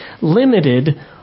limited